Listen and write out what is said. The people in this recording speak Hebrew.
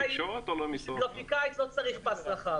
בשביל גרפיקאי לא צריך פס רחב.